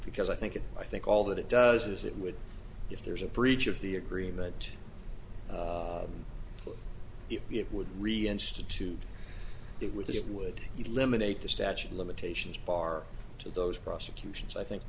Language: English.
because i think it i think all that it does is it would if there's a breach of the agreement it would reinstitute it with this it would eliminate the statute of limitations bar to those prosecutions i think